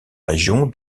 région